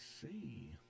see